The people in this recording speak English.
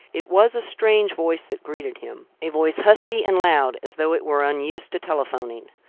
it was a strange voice that greeted him, a voice husky and loud, as though it were unused to telephoning.